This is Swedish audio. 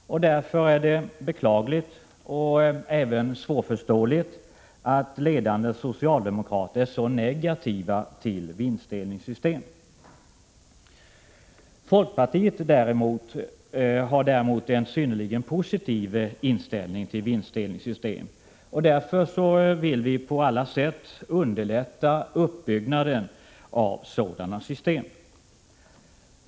Därför är det beklagligt och även svårförståeligt att ledande socialdemokrater är så negativa till vinstdelningssystem. Folkpartiet har däremot en synnerligen positiv inställning till vinstdelningssystem. Därför vill vi på alla sätt underlätta uppbyggnaden av sådana system.